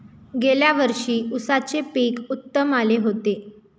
गेल्या वर्षी उसाचे पीक उत्तम आले होते